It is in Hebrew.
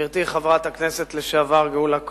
גברתי חברת הכנסת לשעבר גאולה כהן,